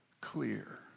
clear